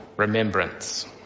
Remembrance